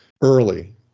early